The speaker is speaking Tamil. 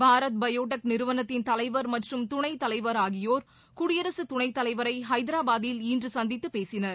பாரத் பயோடெக் நிறுவனத்தின் தலைவா் மற்றும் துணைத்தலைவா் ஆகியோா் குடியரசுத் துணை தலைவரை ஹைதராபாத்தில் இன்று சந்தித்து பேசினர்